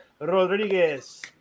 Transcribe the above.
Rodriguez